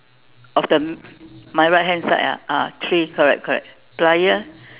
of the my right hand side ah ah three correct correct plier